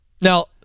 Now